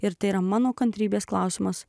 ir tai yra mano kantrybės klausimas